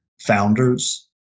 founders